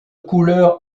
couleur